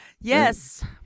Yes